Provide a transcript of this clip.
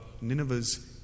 Nineveh's